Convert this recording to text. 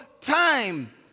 time